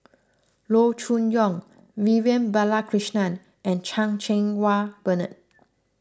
Loo Choon Yong Vivian Balakrishnan and Chan Cheng Wah Bernard